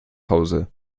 hause